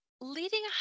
leading